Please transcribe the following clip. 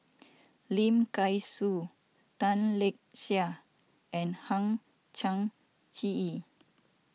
Lim Kay Siu Tan Lark Sye and Hang Chang Chieh